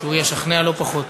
שהוא ישכנע לא פחות.